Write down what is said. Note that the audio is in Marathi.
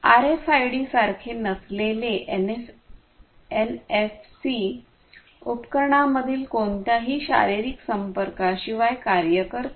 आरएफआयडीसारखे नसलेले एनएफसी उपकरणांमधील कोणत्याही शारीरिक संपर्काशिवाय कार्य करते